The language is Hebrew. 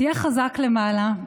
תהיה חזק למעלה.